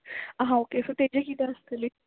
आ okay so तेजें कितें आसतली